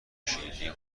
شیرینی